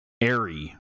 airy